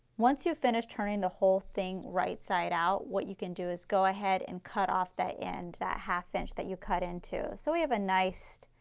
once you finish turning the whole thing right side out, what you can do is go ahead and cut off that end, that half inch that you cut into, so we have a nice,